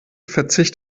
verzicht